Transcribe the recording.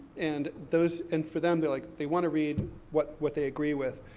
and those, and for them, they're like, they want to read what what they agree with.